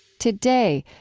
today,